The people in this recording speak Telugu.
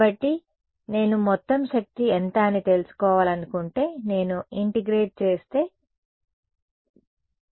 కాబట్టి నేను మొత్తం శక్తి ఎంత అని తెలుసుకోవాలనుకుంటే నేను ఇంటిగ్రేట్ చేస్తే నేను ఏమి చేస్తాను